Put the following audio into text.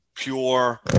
Pure